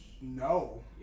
No